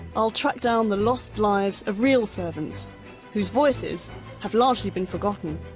i'll track down the lost lives of real servants whose voices have largely been forgotten.